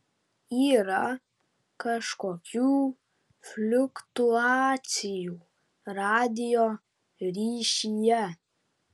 yra kažkokių fliuktuacijų radijo ryšyje